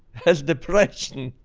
has depression.